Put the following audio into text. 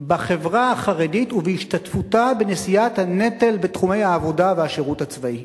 בחברה החרדית ובהשתתפותה בנשיאת הנטל בתחומי העבודה והשירות הצבאי,